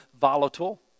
volatile